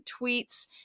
tweets